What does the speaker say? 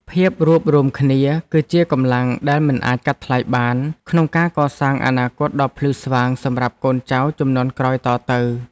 ភាពរួបរួមគ្នា គឺជាកម្លាំងដែលមិនអាចកាត់ថ្លៃបានក្នុងការកសាងអនាគតដ៏ភ្លឺស្វាងសម្រាប់កូនចៅជំនាន់ក្រោយតទៅ។